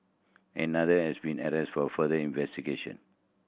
another has been arrested for further investigation